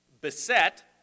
beset